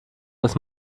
das